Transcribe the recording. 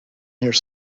here